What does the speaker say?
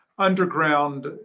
underground